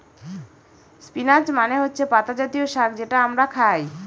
spinach মানে হচ্ছে পাতা জাতীয় শাক যেটা আমরা খায়